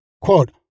quote